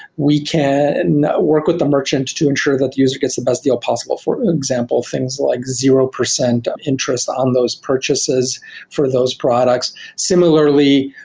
we can and work with the merchant to ensure that user gets the best deal possible for example things like zero percent interest on those purchases for those products. similarly,